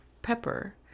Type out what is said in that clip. pepper